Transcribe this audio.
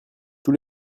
tous